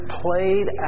played